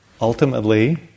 Ultimately